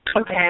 Okay